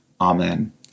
Amen